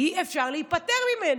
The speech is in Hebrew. אי-אפשר להיפטר ממנו.